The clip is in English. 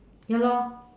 ya lor